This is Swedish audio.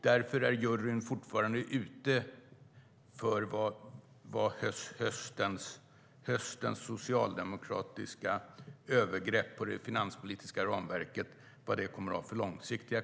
Därför är juryn fortfarande ute för att se vilka långsiktiga konsekvenser höstens socialdemokratiska övergrepp på det finanspolitiska ramverket kommer att få.